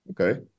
okay